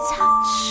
touch